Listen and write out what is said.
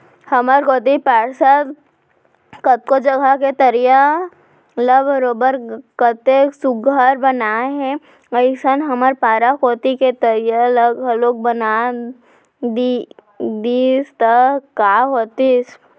हमर कोती पार्षद कतको जघा के तरिया ल बरोबर कतेक सुग्घर बनाए हे अइसने हमर पारा कोती के तरिया ल घलौक बना देतिस त काय होतिस